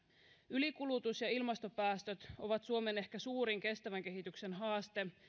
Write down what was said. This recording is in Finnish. ylikulutus ja ilmastopäästöt ovat suomen ehkä suurin kestävän kehityksen haaste